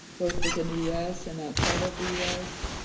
both within the us and outside of the us,